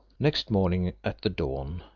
next morning at the dawn,